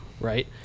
right